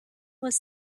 was